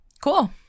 Cool